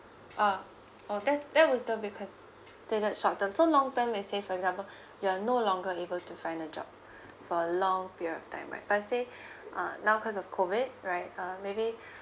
uh oh that that was the be considered short term so long term is say for example you are no longer able to find a job for a long period of time right per say uh now cause of COVID right uh maybe